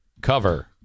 cover